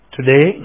Today